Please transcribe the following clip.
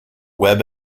webb